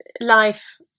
life